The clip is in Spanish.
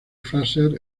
fraser